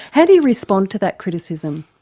how do you respond to that criticism?